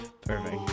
Perfect